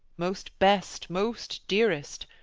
most best, most dearest,